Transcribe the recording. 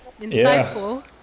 insightful